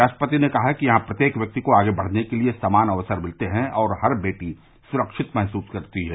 राष्ट्रपति ने कहा कि यहां प्रत्येक व्यक्ति को आगे बढ़ने के लिए समान अवसर मिलते हैं और हर बेटी सुरक्षित महसूस करती है